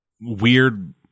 weird